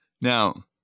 Now